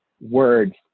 words